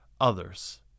others